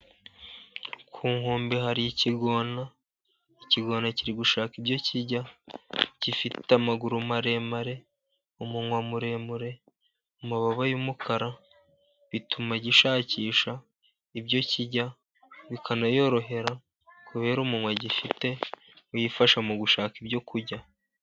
Ku nkombe hari ikigona. Ikigona kiri gushaka ibyo kirya. Gifite amaguru maremare, umunwa muremure, amababa y'umukara, bituma gishakisha ibyo kirya, bikanacyorohera kubera umunwa gifite ugifasha mu gushaka ibyo kurya.